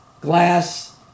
glass